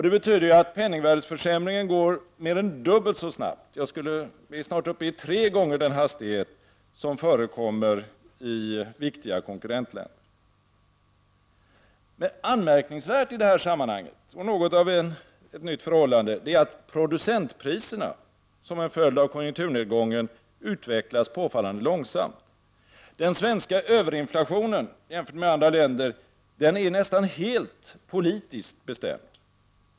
Det betyder att penningvärdesförsämringen går mer än dubbelt så snabbt som i våra viktiga konkurrentländer. Vi är snart uppe i tre gånger den hastighet som förekommer där. Anmärkningsvärt i detta sammanhang, och något av ett nytt förhållande, är att producentpriserna som en följd av konjunkturnedgången utvecklas påfallande långsamt. Den svenska överinflationen, jämfört med andra länder, är nästan helt politiskt betingad.